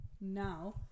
Now